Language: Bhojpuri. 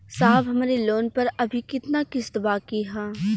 साहब हमरे लोन पर अभी कितना किस्त बाकी ह?